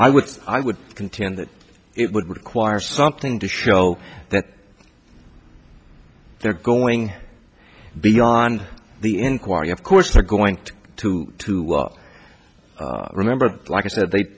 i would i would contend that it would require something to show that they're going beyond the inquiry of course they're going to to well remember like i said they